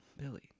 billy